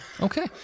Okay